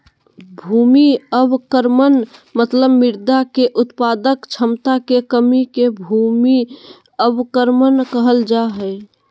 भूमि अवक्रमण मतलब मृदा के उत्पादक क्षमता मे कमी के भूमि अवक्रमण कहल जा हई